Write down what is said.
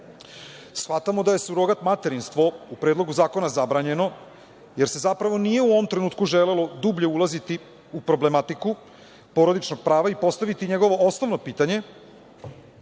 da je surogat materinstvo u Predlogu zakona zabranjeno, jer se zapravo nije u ovom trenutku želelo dublje ulaziti u problematiku porodičnog prava i postaviti njegovo osnovno pitanje